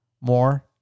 more